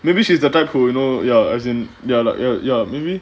maybe she's the type who you know ya as in ya like ya maybe